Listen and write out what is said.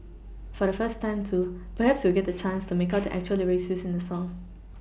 for the first time too perhaps you'll get the chance to make out the actual lyrics used in the song